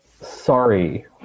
sorry